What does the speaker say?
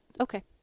Okay